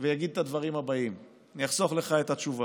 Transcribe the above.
ויגיד את הדברים הבאים, אני אחסוך לך את התשובה,